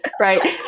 Right